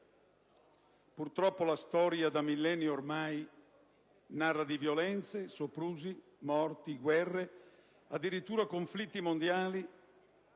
Purtroppo la storia, da millenni ormai, narra di violenze, soprusi, morti, guerre o addirittura conflitti mondiali,